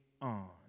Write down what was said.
On